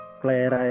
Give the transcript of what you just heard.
player